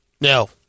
No